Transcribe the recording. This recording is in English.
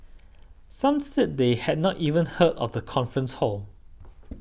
some said they had not even heard of the conference hall